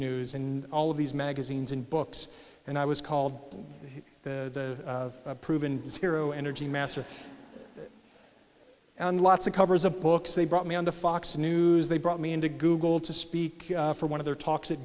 news in all of these magazines and books and i was called the proven zero energy master and lots of covers of books they brought me on to fox news they brought me into google to speak for one of their talks at